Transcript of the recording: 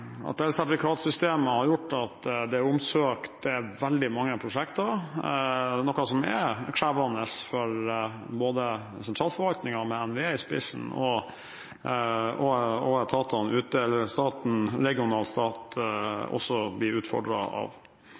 at sertifikatsystemet har gjort at det er søkt om veldig mange prosjekter, noe som er krevende for både sentralforvaltningen med NVE i spissen og etatene ute, som også blir utfordret. Rapporten som representanten Elvestuen viser til, er en rapport som er bestilt av